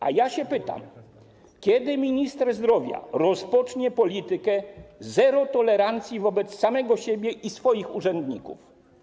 A ja się pytam: Kiedy minister zdrowia rozpocznie politykę zero tolerancji wobec samego siebie i swoich urzędników?